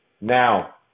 Now